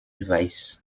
weiß